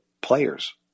players